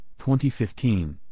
2015